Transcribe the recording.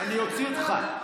אני אוציא אותך.